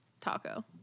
taco